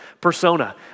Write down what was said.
persona